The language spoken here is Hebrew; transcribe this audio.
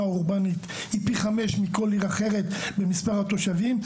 אורבנית היא פי חמש מכל עיר אחרת במספר התושבים,